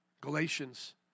Galatians